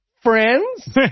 friends